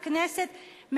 בכנסת,